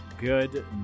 good